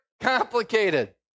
complicated